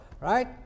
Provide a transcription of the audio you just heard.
Right